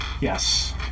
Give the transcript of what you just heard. Yes